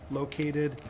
located